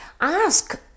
ask